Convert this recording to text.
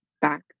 back